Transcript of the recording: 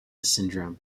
syndrome